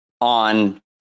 on